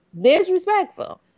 Disrespectful